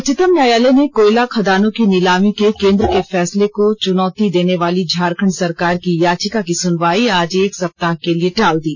उच्चतम न्यायालय ने कोयला खदानों की नीलामी के केंद्र के फैसले को चुनौती देने वाली झारखंड सरकार की याचिका की सुनवाई आज एक सप्ताह के लिए टाल दी